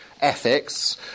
ethics